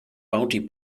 bounty